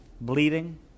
Bleeding